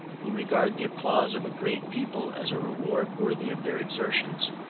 who regard the applause of a great people as a reward worthy of their exertions,